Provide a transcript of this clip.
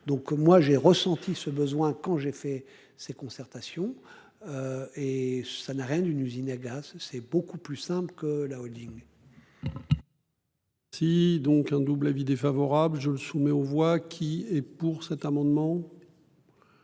donc moi j'ai ressenti ce besoin quand j'ai fait ces concertations. Et ça n'a rien d'une usine à gaz, c'est beaucoup plus simple que la Holding. Si donc un double avis défavorable, je le soumets aux voix qui est pour cet amendement.